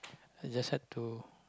it's just sad to